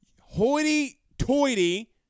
Hoity-toity